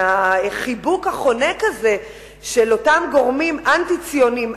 מהחיבוק החונק הזה של אותם גורמים אנטי-ציוניים,